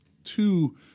Two